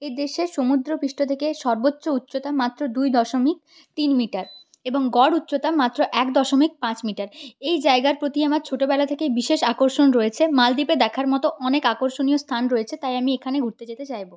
এই দেশের সমুদ্র পৃষ্ঠ থেকে সর্বোচ্চ উচ্চতা মাত্র দুই দশমিক তিন মিটার এবং গড় উচ্চতা মাত্র এক দশমিক পাঁচ মিটার এই জায়গার প্রতি আমার ছোটোবেলা থেকেই বিশেষ আকর্ষণ রয়েছে মালদ্বীপে দেখার মতো অনেক আকর্ষণীয় স্থান রয়েছে তাই আমি এখানে ঘুরতে যেতে চাইবো